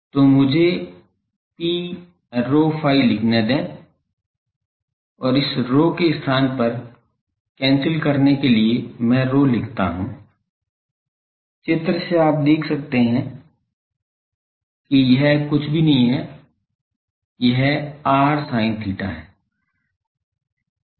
तो मुझे Pρ ϕ लिखने दें और इस ρ के स्थान पर रद्द करने के लिए मैं ρ लिखता हूं चित्र से आप देख सकते हैं कि यह कुछ भी नहीं है यह r sin theta है